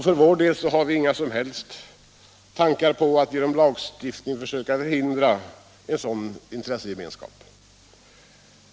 För vår del har vi inga som helst tankar på att genom lagstiftning försöka förhindra en sådan intressegemenskap.